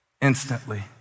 Instantly